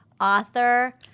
author